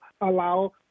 allow